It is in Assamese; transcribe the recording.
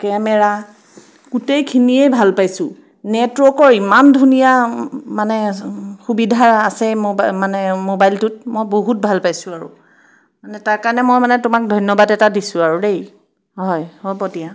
কেমেৰা গোটেইখিনিয়ে ভাল পাইছোঁ নেটৱৰ্কৰ ইমান ধুনীয়া মানে সুবিধা আছে মোবা মানে মোবাইলটোত মই বহুত ভাল পাইছোঁ আৰু মানে তাৰকাৰণে মানে মই তোমাক ধন্যবাদ এটা দিছোঁ আৰু দেই হয় হ'ব দিয়া